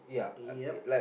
ya